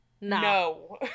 No